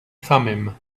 thummim